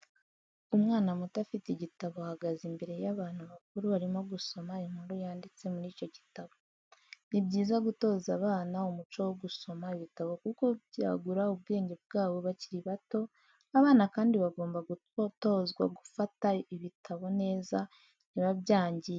Umwana muto afite igitabo ahagaze imbere y'abantu bakuru arimo gusoma inkuru yanditse muri icyo gitabo. Ni byiza gutoza abana umuco wo gusoma ibitabo kuko byagura ubwenge bwabo bakiri bato, abana kandi bagomba gutozwa gufata ibitabo neza ntibabyangize.